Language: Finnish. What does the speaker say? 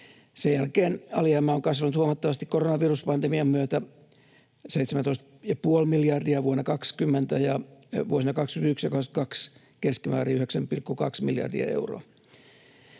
Sen jälkeen alijäämä on kasvanut huomattavasti koronaviruspandemian myötä: 17,5 miljardia vuonna 20 ja vuosina 21 ja 22 keskimäärin 9,2 miljardia euroa.